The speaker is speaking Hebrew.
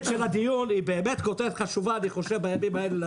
של הדיון היא באמת חשובה היום לציבור: